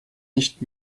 nicht